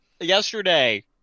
yesterday